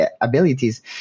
abilities